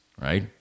right